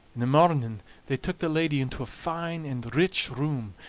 in the morning they took the lady into a fine and rich room,